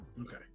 Okay